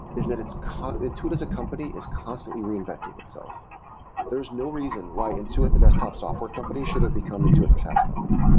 is that it's intuit as a company is constantly reinventing itself there's no reason why intuit the desktop software company should have become intuit the saas company,